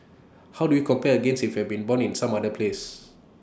how do we compare against if you had been born in some other place